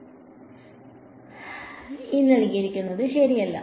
തൊപ്പി ശരിയല്ല